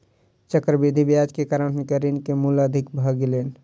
चक्रवृद्धि ब्याज के कारण हुनकर ऋण के मूल अधिक भ गेलैन